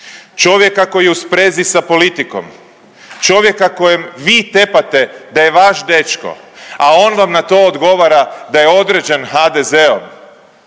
čovjeka koji je u sprezi sa politikom, čovjeka kojem vi tepate da je vaš dečko a on vam na to odgovara da je određen HDZ-om,